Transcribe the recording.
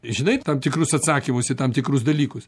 žinai tam tikrus atsakymus į tam tikrus dalykus